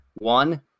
One